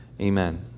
Amen